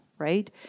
right